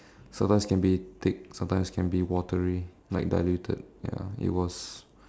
sometimes can be thick sometimes can be watery like diluted ya it was